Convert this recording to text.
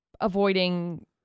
avoiding